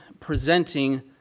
presenting